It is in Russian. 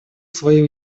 свои